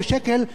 או בשקל,